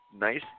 nice